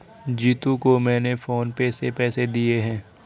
जीतू को मैंने PhonePe से पैसे दे दिए हैं